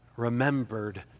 remembered